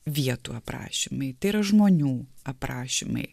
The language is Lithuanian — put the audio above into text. vietų aprašymai tai yra žmonių aprašymai